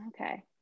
Okay